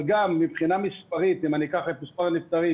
אבל גם מבחינה מספרית אם אני אקח את מספר הנפטרים